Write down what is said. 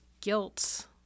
guilt